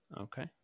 Okay